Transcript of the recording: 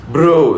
Bro